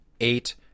eight